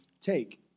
take